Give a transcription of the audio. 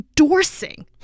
endorsing